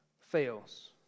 fails